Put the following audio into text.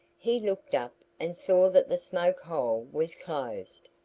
he looked up and saw that the smoke hole was closed.